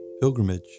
Pilgrimage